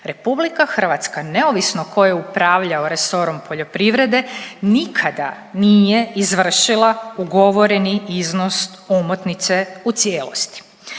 godini. RH neovisno tko je upravljao resorom poljoprivrede nikada nije izvršila ugovoreni iznos omotnice u cijelosti.